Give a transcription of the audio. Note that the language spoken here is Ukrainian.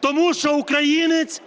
Тому що українець